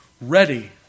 ready